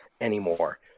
anymore